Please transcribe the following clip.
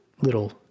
little